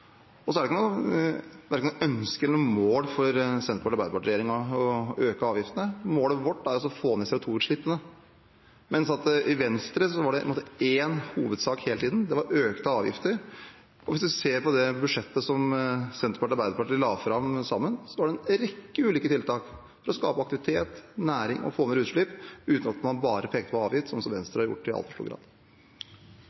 Det er ikke noe ønske eller noe mål for Senterparti–Arbeiderparti-regjeringen å øke avgiftene. Målet vårt er å få ned CO 2 -utslippene, mens det i Venstre var én hovedsak hele tiden – økte avgifter. Hvis man ser på det budsjettet som Senterpartiet og Arbeiderpartiet la fram sammen, var det en rekke ulike tiltak for å skape aktivitet, næring og få ned utslipp – uten at man bare pekte på avgift, sånn som Venstre